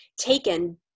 taken